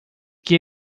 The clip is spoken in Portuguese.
que